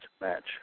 match